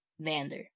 Vander